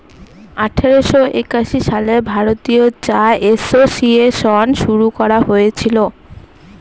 আঠারোশো একাশি সালে ভারতীয় চা এসোসিয়েসন শুরু করা হয়েছিল